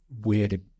weird